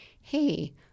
hey